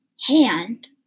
hand